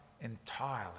entirely